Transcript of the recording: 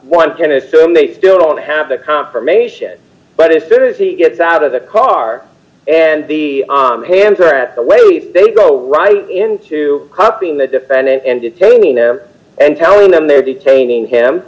one can assume they still don't have a confirmation but as soon as he gets out of the car and the hands are at the way they go right into crossing the defendant and detaining them and telling them they're detaining him